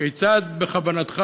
כיצד בכוונתך,